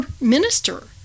minister